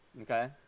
okay